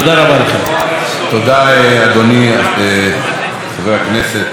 תודה, אדוני, חבר הכנסת יעקב מרגי.